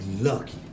Lucky